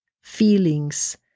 feelings